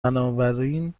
بنابراین